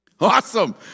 Awesome